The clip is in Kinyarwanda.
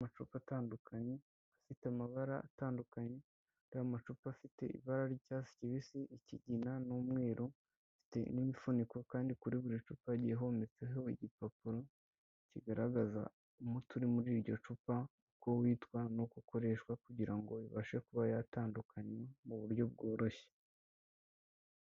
Amacupa atandukanye, afite amabara atandukanye, akaba ari amacupa afite ibara ry'icyatsi kibisi, ikigina n'umweru, afite n'imifuniko, kandi kuri buri cupa hagiye hometseho igipapuro kigaragaza umuti uri muri iryo cupa ukowitwa n'uko ukokoreshwa, kugirango ibashe kuba yatandukanywa mu buryo bworoshye.